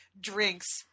drinks